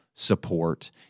support